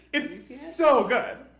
it's so good.